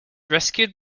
rescued